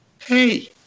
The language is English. hey